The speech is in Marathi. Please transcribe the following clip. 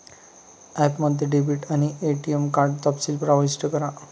ॲपमध्ये डेबिट आणि एटीएम कार्ड तपशील प्रविष्ट करा